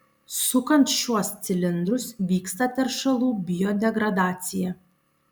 sukant šiuos cilindrus vyksta teršalų biodegradacija